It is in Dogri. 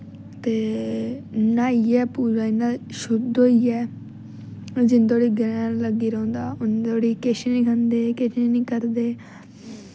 ते न्हाइयै पूरा इयां शुद्ध होइयै जिन्ने धोड़ी ग्रैह्न लग्गी रौंह्दा उन्ने धोड़ी किश नी खंदे किश नी करदे